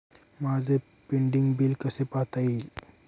माझे pending bill कसे पाहता येईल?